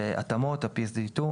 בהתאמות ה-PSD2.